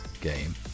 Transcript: game